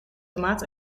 tomaat